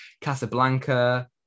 Casablanca